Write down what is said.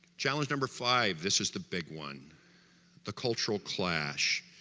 challenge number five, this is the big one the cultural clash,